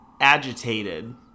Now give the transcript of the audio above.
Agitated